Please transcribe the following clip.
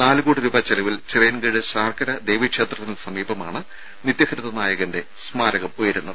നാല് കോടി രൂപ ചെലവിൽ ചിറയൻകീഴ് ശാർക്കര ദേവീക്ഷേത്രത്തിന് സമീപമാണ് നിത്യഹരിത നായകന്റെ സ്മാരകം ഉയരുന്നത്